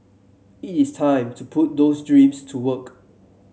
it is time to put those dreams to work